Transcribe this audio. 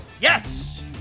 Yes